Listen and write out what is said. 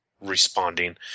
responding